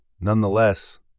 Nonetheless